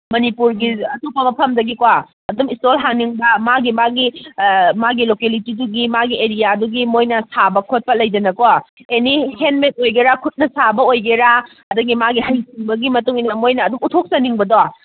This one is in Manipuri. ꯃꯅꯤꯄꯨꯔꯒꯤ ꯑꯩꯇꯣꯞꯄ ꯃꯐꯝꯗꯒꯤꯀꯣ ꯑꯗꯨꯝ ꯏꯁꯇꯣꯜ ꯍꯥꯡꯅꯤꯡꯕ ꯃꯥꯒꯤ ꯃꯥꯒꯤ ꯑꯥ ꯃꯥꯒꯤ ꯂꯣꯀꯦꯂꯤꯇꯤꯗꯨꯒꯤ ꯃꯥꯒꯤ ꯑꯦꯔꯤꯌꯥꯗꯨꯒꯤ ꯃꯣꯏꯅ ꯁꯥꯕ ꯈꯣꯠꯄ ꯂꯩꯗꯅꯀꯣ ꯑꯦꯅꯤ ꯍꯦꯟ ꯃꯦꯗ ꯑꯣꯏꯒꯦꯔ ꯈꯨꯠꯅ ꯁꯥꯕ ꯑꯣꯏꯒꯦꯔ ꯑꯗꯨꯗꯒꯤ ꯃꯥꯒꯤ ꯍꯩꯁꯤꯡꯕꯒꯤ ꯃꯇꯨꯡ ꯏꯟꯅ ꯃꯣꯏꯅ ꯑꯗꯨꯝ ꯎꯠꯊꯣꯛꯆꯅꯤꯡꯕꯗꯣ